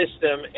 system